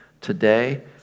today